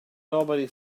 nobody